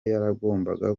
yaragombaga